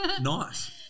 Nice